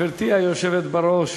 גברתי היושבת בראש,